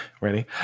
ready